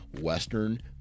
western